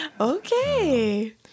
Okay